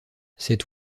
cet